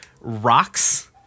rocks